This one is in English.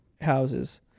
houses